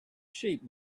sheep